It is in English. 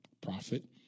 profit